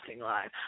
live